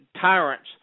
tyrants